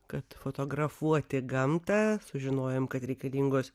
kad fotografuoti gamtą sužinojom kad reikalingos